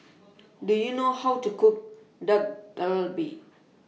Do YOU know How to Cook Dak Galbi